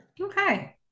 Okay